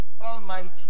almighty